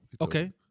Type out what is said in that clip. Okay